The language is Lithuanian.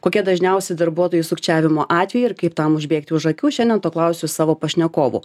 kokie dažniausi darbuotojų sukčiavimo atvejai ir kaip tam užbėgti už akių šiandien to klausiu savo pašnekovų